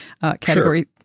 Category